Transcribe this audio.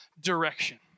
direction